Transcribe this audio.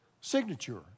signature